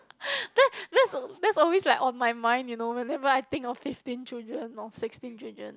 that that's that's always like on mind you know whenever I think of fifteen children or sixteen children